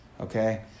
Okay